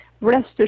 rest